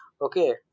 Okay